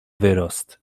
wyrost